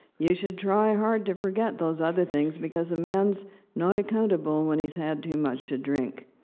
you should try hard to forget those other things, because a man's not accountable when he's had too much to drink.